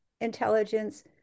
intelligence